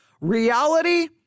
reality